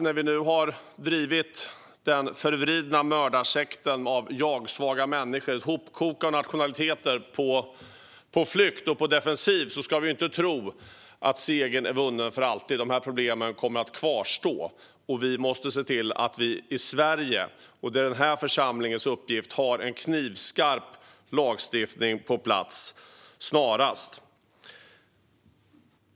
När vi nu har drivit den förvridna mördarsekten av jagsvaga människor, ett hopkok av nationaliteter, på flykt och på defensiven ska vi inte tro att segern är vunnen för alltid. Problemen kommer att kvarstå, och vi måste se till att vi i Sverige - och det är den här församlingens uppgift - har en knivskarp lagstiftning på plats snarast.